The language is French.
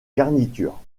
garniture